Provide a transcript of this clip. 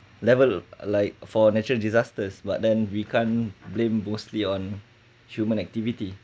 level like for natural disasters but then we can't blame mostly on human activity